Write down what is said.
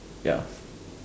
ya